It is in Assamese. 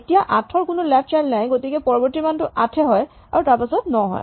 যিহেতু ৮ ৰ কোনো লেফ্ট চাইল্ড নাই গতিকে পৰৱৰ্তী মানটো ৮ এই হয় আৰু তাৰপাছত ৯ হয়